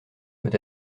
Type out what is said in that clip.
peut